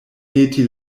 meti